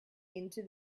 into